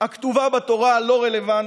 הכתובה בתורה לא רלוונטית,